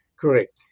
Correct